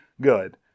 good